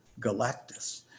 galactus